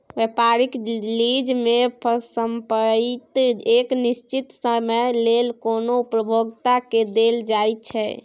व्यापारिक लीज में संपइत एक निश्चित समय लेल कोनो उपभोक्ता के देल जाइ छइ